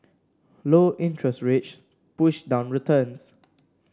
low interest rates push down returns